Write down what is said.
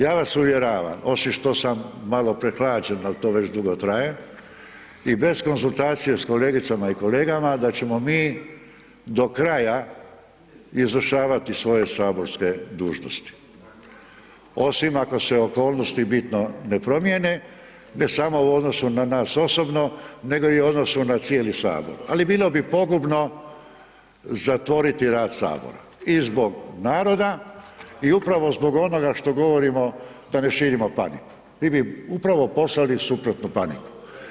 Ja vas uvjeravam osim što sam malo prehlađen, al to već dugo traje i bez konzultacije s kolegicama i kolegama da ćemo mi do kraja izvršavati svoje saborske dužnosti, osim ako se okolnosti bitno ne promijene, ne samo u odnosu na nas osobno nego i u odnosu na cijeli sabor, ali bilo bi pogubno zatvoriti rad sabora i zbog naroda i upravo zbog onoga što govorimo da ne širimo paniku, mi bi upravo poslali suprotno, paniku.